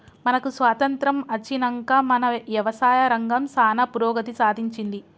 మనకు స్వాతంత్య్రం అచ్చినంక మన యవసాయ రంగం సానా పురోగతి సాధించింది